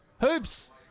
Hoops